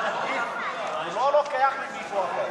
הוא לא לוקח ממישהו אחר,